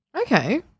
Okay